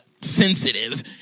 sensitive